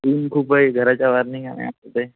ऊन खूप आहे घराच्या बाहेर निंगा नाही होत आहे